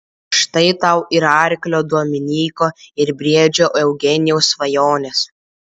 štai tau ir arklio dominyko ir briedžio eugenijaus svajonės